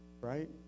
Right